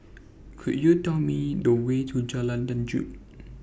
Could YOU Tell Me The Way to Jalan Lanjut